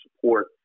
support